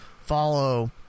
follow